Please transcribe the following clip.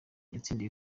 yatsindiye